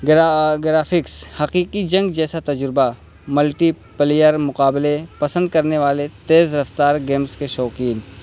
گا graphics حقیقی جنگ جیسا تجربہ ملٹی پلیئر مقابلے پسند کرنے والے تیز رفتار گیمز کے شوقین